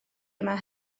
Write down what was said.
yma